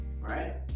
right